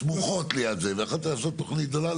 סמוכות ליד זה ויכולת לעשות תוכנית גדולה,